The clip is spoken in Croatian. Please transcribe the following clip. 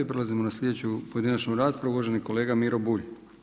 Prelazimo na sljedeću pojedinačnu raspravu, uvaženi kolega Miro Bulj.